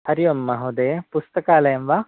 हरि ओम् महोदय पुस्तकालयं वा